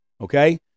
okay